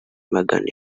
magana